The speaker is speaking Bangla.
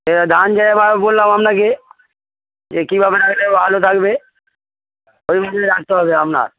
ঠিক আছে ধান যেভাবে বললাম আপনাকে যে কীভাবে রাখলে ভালো থাকবে ওইভাবে রাখতে হবে আপনার